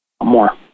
more